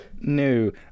No